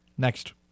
next